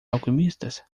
alquimistas